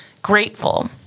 grateful